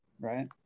right